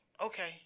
Okay